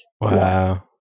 Wow